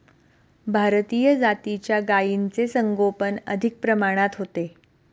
भारतीय जातीच्या गायींचे संगोपन अधिक प्रमाणात होते